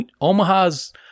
Omaha's –